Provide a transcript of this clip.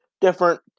different